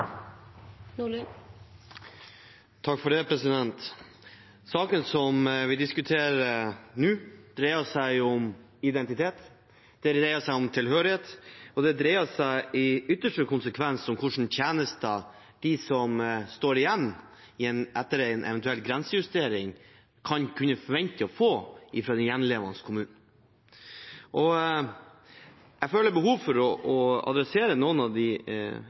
Saken vi diskuterer nå, dreier seg om identitet. Den dreier seg om tilhørighet, og den dreier seg i ytterste konsekvens om hvilke tjenester de som står igjen etter en eventuell grensejustering, kan forvente å få fra den gjenværende kommunen. Jeg føler behov for å ta for meg noen av de